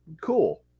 cool